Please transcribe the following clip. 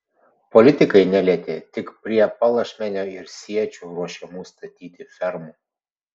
politikai nelietė tik prie palašmenio ir siečių ruošiamų statyti fermų